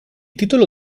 titolo